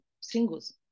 singles